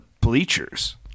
bleachers